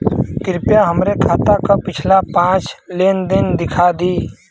कृपया हमरे खाता क पिछला पांच लेन देन दिखा दी